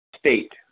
state